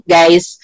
guys